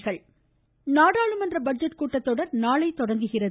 budget கூட்டத்தொடர் நாடாளுமன்ற budget கூட்டத்தொடர் நாளை தொடங்குகிறது